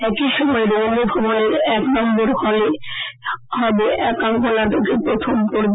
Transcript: একই সময়ে রবীন্দ্র ভবনের এক নং হলে হবে একাঙ্ক নাটকের প্রথম পর্ব